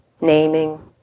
naming